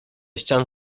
ścian